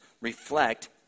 reflect